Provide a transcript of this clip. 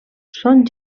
són